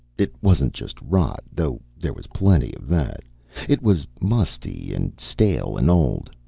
it wasn't just rot, though there was plenty of that it was musty and stale and old.